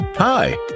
Hi